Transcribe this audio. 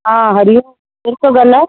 हा हरिओम केर थो ॻाल्हाए